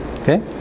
Okay